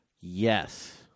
Yes